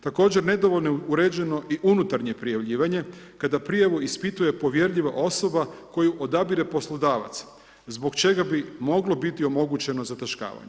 Također nedovoljno je uređeno i unutarnje prijavljivanje kada prijavu ispituje povjerljiva osoba koju odabire poslodavac zbog čega bi moglo biti omogućeno zataškavanje.